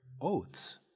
oaths